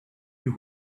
you